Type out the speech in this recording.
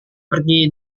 pergi